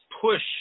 push